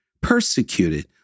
persecuted